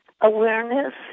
Awareness